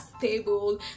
table